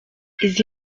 izi